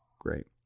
Great